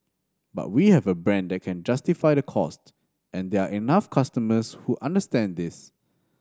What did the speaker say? but we have a brand that can justify that cost and there are enough customers who understand this